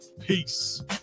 Peace